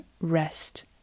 rest